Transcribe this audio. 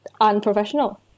unprofessional